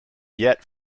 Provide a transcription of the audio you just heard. yet